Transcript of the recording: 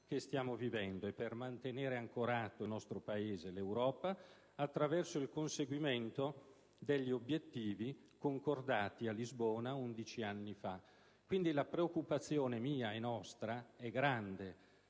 che stiamo vivendo e per mantenere ancorato il nostro Paese all'Europa, attraverso il conseguimento degli obiettivi concordati a Lisbona 11 anni fa. La preoccupazione mia e nostra è grande.